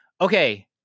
Okay